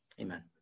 Amen